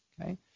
okay